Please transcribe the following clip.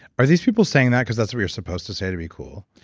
are these people saying that because that's what you're supposed to say to be cool?